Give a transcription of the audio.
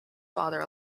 father